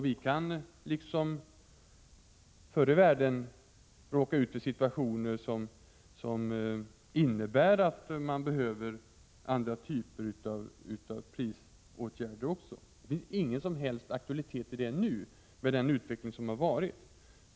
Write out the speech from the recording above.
Vi kan, liksom förr i världen, hamna i situationer som innebär att man behöver tillgripa andra typer av prisåtgärder. Detta har ingen som helst aktualitet nu, med den utveckling som varit.